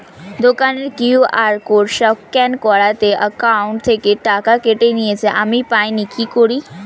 দোকানের QR code scan করাতে account থেকে টাকা কেটে নিয়েছে, আমি পাইনি কি করি?